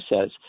says